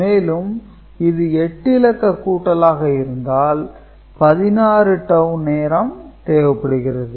மேலும் இது 8 இலக்க கூட்டலாக இருந்தால் 16 டவூ நேரம் தேவைப்படுகிறது